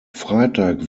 freitag